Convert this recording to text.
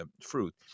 fruit